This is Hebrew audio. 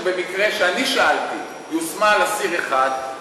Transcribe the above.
שבמקרה שאני שאלתי יושמה על אסיר אחד,